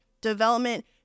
development